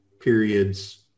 periods